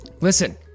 listen